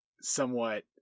somewhat